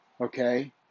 okay